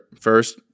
first